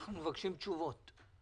אנחנו מבקשים תשובות.